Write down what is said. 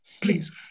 please